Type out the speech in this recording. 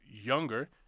younger